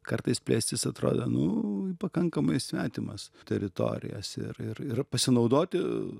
kartais plėstis atrodo nu į pakankamai svetimas teritorijas ir ir ir pasinaudoti